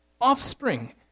offspring